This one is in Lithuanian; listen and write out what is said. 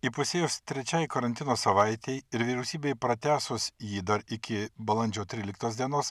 įpusėjus trečiai karantino savaitei ir vyriausybei pratęsus jį dar iki balandžio tryliktos dienos